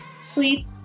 sleep